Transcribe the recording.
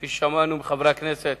כפי ששמענו מחברי הכנסת